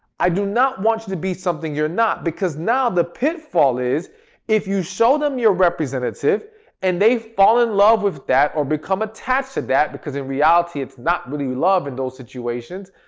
i do not want you to be something you're not because now the pitfall is if you show them your representative and they fall in love with that or become attached to that because in reality it's not really love in those situations.